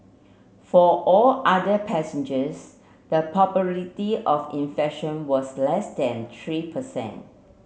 for all other passengers the probability of infection was less than three per cent